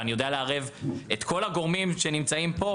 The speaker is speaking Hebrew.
ואני יודע לערב את כל הגורמים שנמצאים פה.